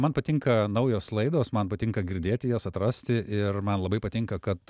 man patinka naujos laidos man patinka girdėti jas atrasti ir man labai patinka kad